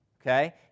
Okay